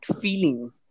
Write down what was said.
feeling